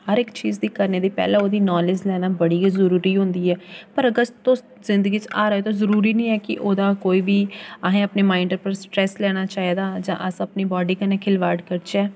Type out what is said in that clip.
हर इक चीज़ गी करने दी पैह्लें ओह्दी नॉलेज़ लैना बड़ी गै जरूरी होंदी ऐ पर अगर तुस जिंदगी च हारे दे ते जरूरी निं ऐ कि ओह्दा कोई बी अहें अपने माइंड उप्पर स्ट्रेस लैना चाहि्दा जां अस अपनी बॉडी कन्नै खिलबाड़ करचै